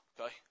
Okay